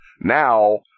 now